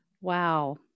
Wow